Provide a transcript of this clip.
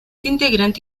integrante